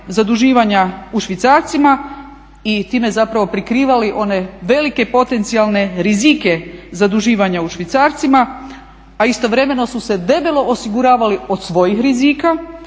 a istovremeno su se debelo osiguravali od svojih rizika